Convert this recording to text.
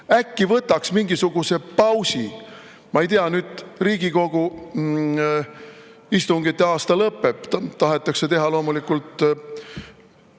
Äkki võtaks mingisuguse pausi? Ma ei tea, nüüd Riigikogu istungite poolaasta lõpeb, aga tahetakse teha loomulikult